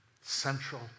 central